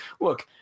look